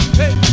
hey